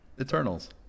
Eternals